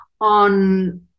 on